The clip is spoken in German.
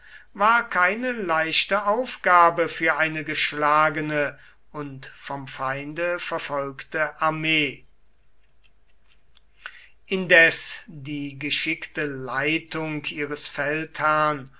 war keine leichte aufgabe für eine geschlagene und vom feinde verfolgte armee indes die geschickte leitung ihres feldherrn